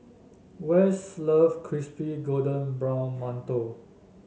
Wess love Crispy Golden Brown Mantou